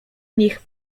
nich